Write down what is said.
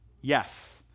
yes